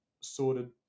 sorted